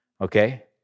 Okay